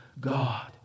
God